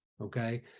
okay